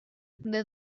the